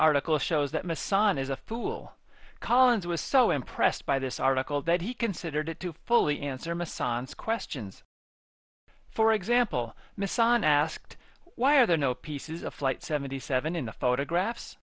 article shows that messiah has a fool collins was so impressed by this article that he considered it to fully answer masonic questions for example misson asked why are there no pieces of flight seventy seven in the photographs